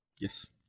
Yes